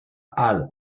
halle